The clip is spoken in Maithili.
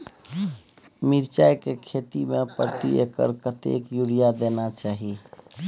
मिर्चाय के खेती में प्रति एकर कतेक यूरिया देना चाही?